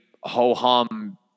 ho-hum